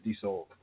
sold